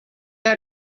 out